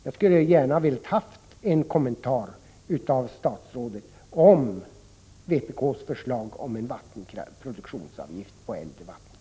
Jag skulle gärna ha velat få en kommentar från statsrådet om vpk:s förslag om en produktionsavgift på äldre vattenkraftverk.